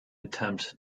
attempt